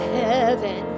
heaven